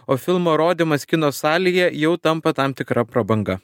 o filmo rodymas kino salėje jau tampa tam tikra prabanga